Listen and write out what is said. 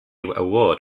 award